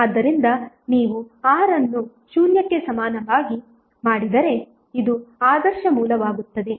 ಆದ್ದರಿಂದ ನೀವು R ಅನ್ನು 0 ಕ್ಕೆ ಸಮನಾಗಿ ಮಾಡಿದರೆ ಇದು ಆದರ್ಶ ಮೂಲವಾಗುತ್ತದೆ